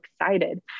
excited